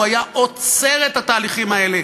הוא היה עוצר את התהליכים האלה,